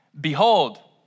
behold